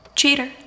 cheater